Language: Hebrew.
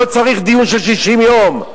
לא צריך דיון של 60 יום,